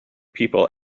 people